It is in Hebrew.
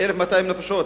1,200 נפשות,